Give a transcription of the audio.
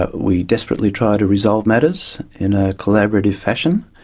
we desperately try to resolve matters in a collaborative fashion.